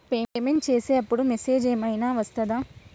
Payment చేసే అప్పుడు message ఏం ఐనా వస్తదా?